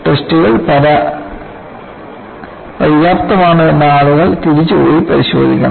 അതിനാൽ ടെസ്റ്റുകൾ പര്യാപ്തമാണോ എന്ന് ആളുകൾ തിരിച്ചുപോയി പരിശോധിക്കണം